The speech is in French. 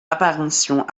apparition